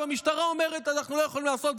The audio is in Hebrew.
והמשטרה אומרת: אנחנו לא יכולים לעשות,